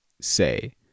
say